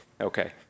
Okay